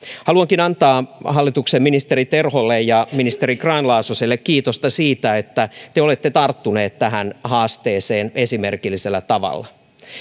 haluankin antaa hallituksen ministeri terholle ja ministeri grahn laasoselle kiitosta siitä että te olette tarttuneet tähän haasteeseen esimerkillisellä tavalla